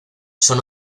son